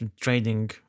trading